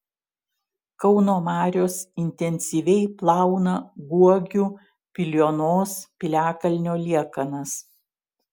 kauno marios intensyviai plauna guogių piliuonos piliakalnio liekanas